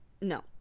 no